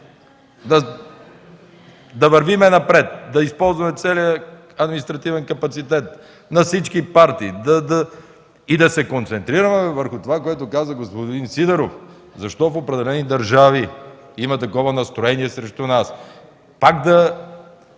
да вървим напред, да използваме целия административен капацитет на всички партии и да се концентрираме върху това, което каза господин Сидеров – защо в определени държави има такова настроение срещу нас, пак да